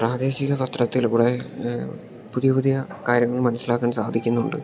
പ്രാദേശിക പത്രത്തിലൂടെ പുതിയ പുതിയ കാര്യങ്ങൾ മനസ്സിലാക്കാൻ സാധിക്കുന്നുണ്ട്